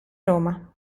roma